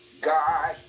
God